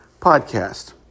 podcast